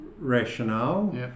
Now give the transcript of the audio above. rationale